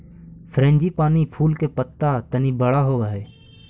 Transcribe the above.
frangipani फूल के पत्त्ता तनी बड़ा होवऽ हई